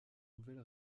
nouvelle